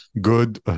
good